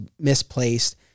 misplaced